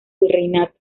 virreinato